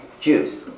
Jews